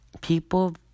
people